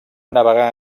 navegar